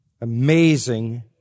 amazing